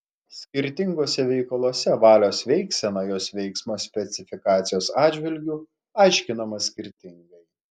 skirtinguose veikaluose valios veiksena jos veiksmo specifikacijos atžvilgiu aiškinama skirtingai